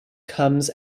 comes